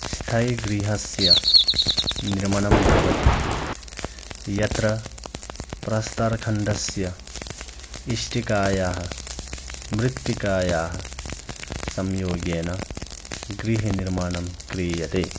स्थायीगृहस्य निर्माणं भवति यत्र प्रस्थारखण्डस्य इष्टिकायाः मृत्तिकायाः सम्योगेन गृहनिर्माणं क्रियते